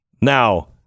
Now